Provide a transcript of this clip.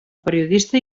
periodista